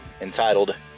entitled